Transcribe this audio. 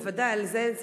בוודאי, בזה אין ספק.